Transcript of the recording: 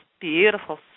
beautiful